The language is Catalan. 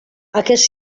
aquest